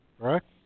correct